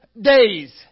days